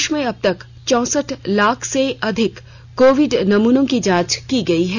प्रदेश में अबतक चौसठ लाख से अधिक कोविड नमूनों की जांच की गई है